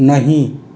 नहीं